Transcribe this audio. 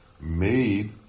made